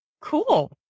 cool